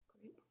Great